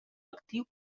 actiu